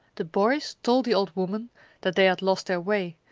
the boys told the old woman that they had lost their way,